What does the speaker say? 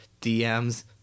DMs